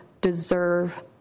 deserve